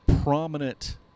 prominent